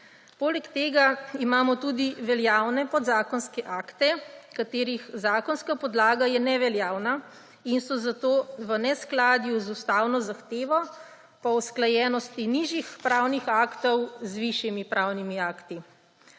Poleg tega imamo tudi veljavne podzakonske akte, katerih zakonska podlaga je neveljavna in so zato v neskladju z ustavno zahtevo po usklajenosti nižjih pravnih aktov z višjimi pravnimi akti.